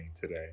today